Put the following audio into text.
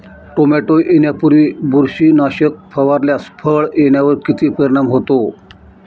Tomato येण्यापूर्वी बुरशीनाशक फवारल्यास फळ येण्यावर किती परिणाम होतो?